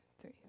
three